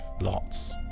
lots